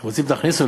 אתם רוצים, תכניסו.